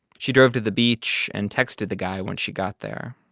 she drove to the beach and texted the guy when she got there.